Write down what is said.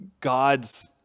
God's